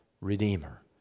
redeemer